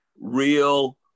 real